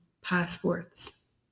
passports